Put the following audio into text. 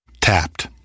Tapped